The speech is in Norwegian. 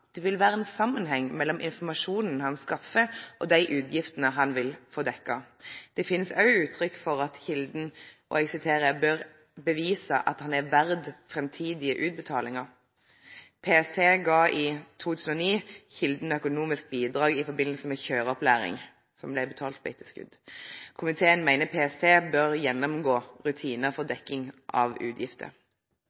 det ville være en sammenheng mellom informasjonen han skaffet, og de utgiftene han ville få dekket. Det er også gitt uttrykk for at kilden «bør bevise at han er verdt fremtidige utbetalinger». PST ga i 2009 kilden økonomisk bidrag i forbindelse med kjøreopplæring som ble betalt på etterskudd. Komiteen mener PST bør gjennomgå rutinene for